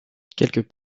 quelques